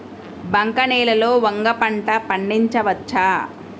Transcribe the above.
బంక నేలలో వంగ పంట పండించవచ్చా?